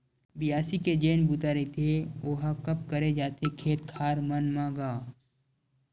बियासी के जेन बूता रहिथे ओहा कब करे जाथे खेत खार मन म गा?